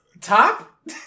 Top